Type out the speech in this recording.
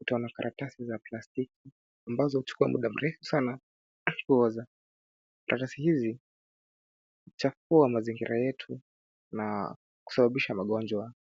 utaona karatasi za plastiki ambazo huchukua muda mrefu sana kuoza. Karatasi hizi huchafua mazingira yetu na kusabisha magonjwa.